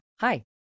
Hi